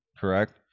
correct